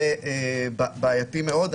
זה בעייתי מאוד.